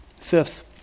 Fifth